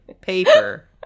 paper